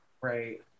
Right